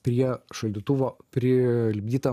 prie šaldytuvo prilipdytą